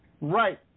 right